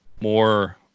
more